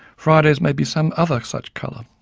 fridays may be some other such colour.